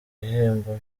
igihembo